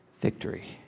victory